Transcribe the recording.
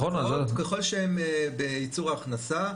ההוצאות, ככל שהן בייצור ההכנסה,